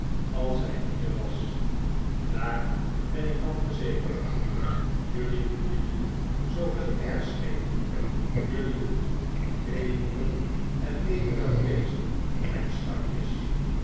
als hij hier was daar ben ik van verzekerd jelui moet je niet zooveel airs geven jelui moet deemoedig en nederig wezen mijn schatjes